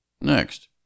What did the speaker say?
Next